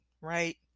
right